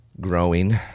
growing